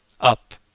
up